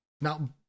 Now